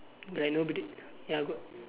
like nobody ya got